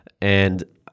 And-